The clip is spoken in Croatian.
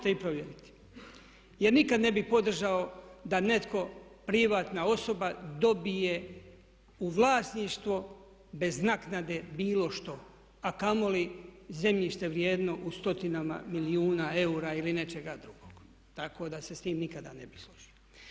Jer nikad ne bih podržao da netko privatna osoba dobije u vlasništvo bez naknade bilo što a kamoli zemljište vrijedno u stotinama milijuna eura ili nečega drugoga tako da se s tim nikada ne bih složio.